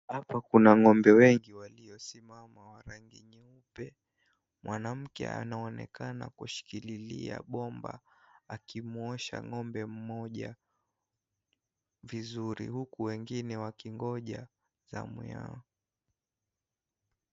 Hapa kuna ng'ombe wengi waliosimama wa rangi nyeupe. Mwanamke anaonekana akishikililia bomba, akimwosha ng'ombe mmoja vizuri, huku wengine wakingoja zamu yao.